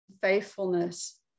faithfulness